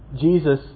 Jesus